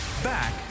Back